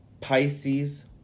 Pisces